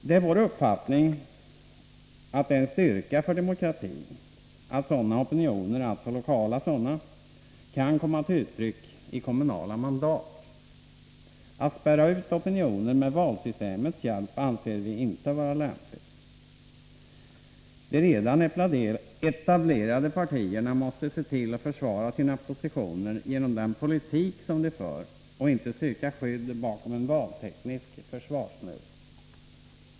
Det är vår uppfattning att det är en styrka för demokratin att sådana lokala opinioner också kan komma till uttryck i kommunala mandat. Att spärra ut opinioner med valsystemets hjälp anser vi inte vara lämpligt. De redan etablerade partierna måste se till att försvara sina positioner genom den politik de för och inte söka skydd bakom en valteknisk försvarsmur.